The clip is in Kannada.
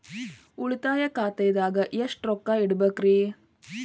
ಉಳಿತಾಯ ಖಾತೆದಾಗ ಎಷ್ಟ ರೊಕ್ಕ ಇಡಬೇಕ್ರಿ?